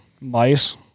mice